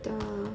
the